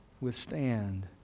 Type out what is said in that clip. withstand